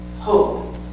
Hope